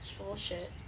bullshit